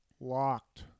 locked